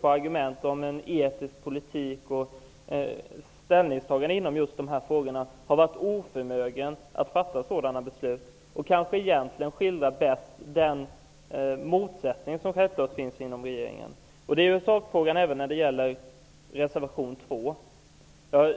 på argument om en etisk politik och ställningstaganden inom just de här frågorna, har varit oförmögen att fatta sådana beslut. Det skildrar kanske bäst den motsättning som finns inom regeringen. Det är sakfrågan även när det gäller reservation 2.